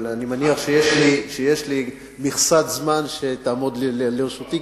אבל אני מניח שיש לי מכסת זמן שתעמוד לרשותי,